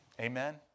Amen